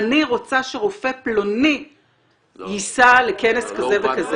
אני רוצה שרופא פלוני ייסע לכנס כזה או אחר.